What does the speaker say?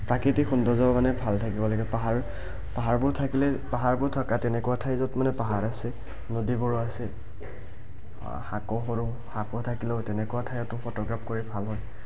প্ৰাকৃতিক সৌন্দৰ্যও মানে ভাল থাকিব লাগে পাহাৰ পাহাৰবোৰ থাকিলে পাহাৰবোৰ থাকা তেনেকুৱা ঠাই য'ত মানে পাহাৰ আছে নদীবোৰো আছে শাকো হ'লেও শাকো থাকিলেও তেনেকুৱা ঠাইতো ফটোগ্ৰাফ কৰি ভাল হয়